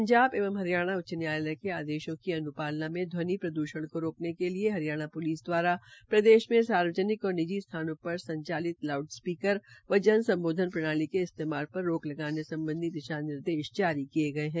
पंजाब एंव हरियाणा उच्च न्यायालय के आदेशों की अन्पालना में ध्वनि प्रद्षण को रोकने के लिए हरियाणा प्लिस द्वारा प्रदेश में सार्वजनिक और निजी स्थानों पर संचालित लाउडस्पीकर व जन संबोधन प्रणाली के इस्तेमाल पर रोक लगाने संबंधी दिशानिर्देश जारी किए गए हैं